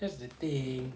that's the thing